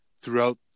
throughout